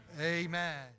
Amen